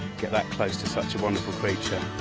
get that close to such a wonderful creature.